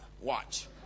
Watch